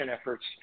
efforts